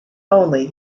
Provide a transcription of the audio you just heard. only